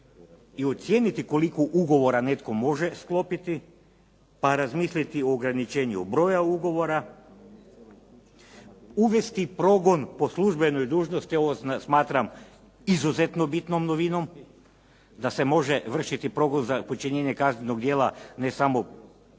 i ocijeniti koliko ugovora netko može sklopiti pa razmisliti o ograničenju broja ugovora, uvesti progon po službenoj dužnosti. Ovo smatram izuzetno bitnom novinom da se može vršiti progon za počinjenje kaznenog djela ne samo tužbom,